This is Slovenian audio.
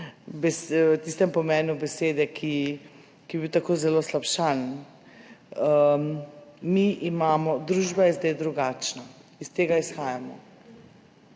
v tistem pomenu besede, ki je bil tako zelo slabšalen. Družba je zdaj drugačna, iz tega izhajamo,